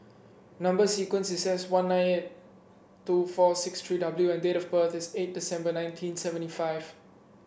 number sequence is S one nine eight two four six three W and date of birth is eight December nineteen seventy five